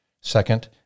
Second